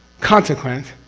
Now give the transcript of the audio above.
consequence,